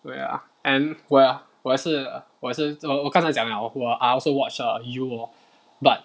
where ah and where ah 我也是我也是我刚才讲了我 I also watch err you lor but